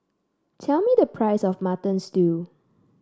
tell me the price of Mutton Stew